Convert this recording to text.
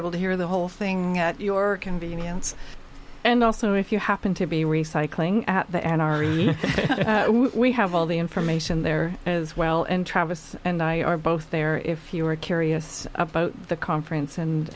able to hear the whole thing at your convenience and also if you happen to be recycling at the and are we have all the information there as well and travis and i are both there if you are curious about the conference and